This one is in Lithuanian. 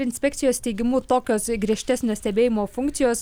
inspekcijos teigimu tokios griežtesnio stebėjimo funkcijos